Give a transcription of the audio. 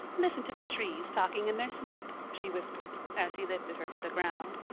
listen to the trees talking in their sleep, she whispered, as he lifted her to the ground.